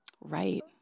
Right